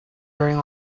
wearing